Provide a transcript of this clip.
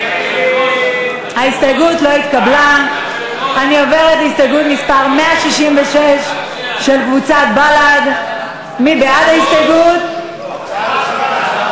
ההסתייגות (163) של קבוצת סיעת בל"ד לסעיף 59(1) לא נתקבלה.